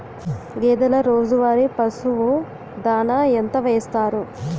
గేదెల రోజువారి పశువు దాణాఎంత వేస్తారు?